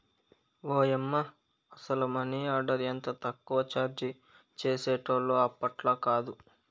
ఓయమ్మ, అసల money order ఎంత తక్కువ చార్జీ చేసేటోల్లో ఇప్పట్లాకాదు